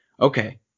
Okay